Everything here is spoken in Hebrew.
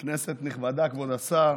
כנסת נכבדה, כבוד השר,